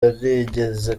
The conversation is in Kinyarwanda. yarigeze